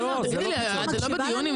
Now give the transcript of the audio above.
תגידי, את לא נמצאת בדיון?